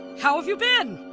how have you been?